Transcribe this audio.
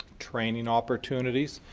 training opportunities.